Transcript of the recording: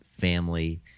family